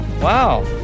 Wow